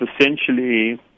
essentially